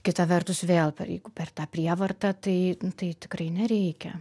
kita vertus vėl jeigu per tą prievartą tai tai tikrai nereikia